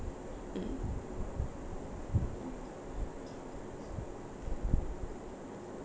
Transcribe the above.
mm